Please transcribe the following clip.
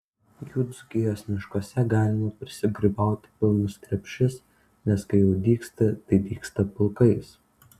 jų dzūkijos miškuose galima prisigrybauti pilnus krepšius nes kai jau dygsta tai dygsta pulkais